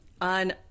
on